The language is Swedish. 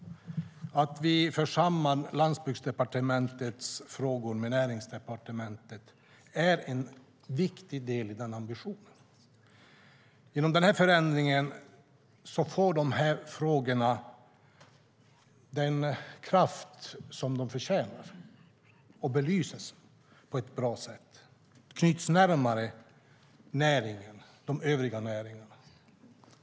Att vi för samman Landsbygdsdepartementets frågor med Näringsdepartementets är en viktig del i våra ambitioner. Genom den förändringen får de här frågorna den kraft som de förtjänar, belyses på ett bra sätt och knyts närmare de övriga näringarna.